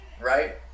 Right